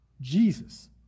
Jesus